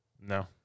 No